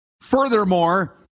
Furthermore